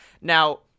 Now